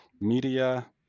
media